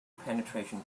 penetration